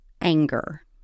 anger